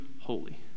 holy